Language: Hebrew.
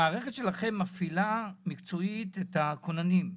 המערכת שלכם מפעילה מקצועית את הכוננים.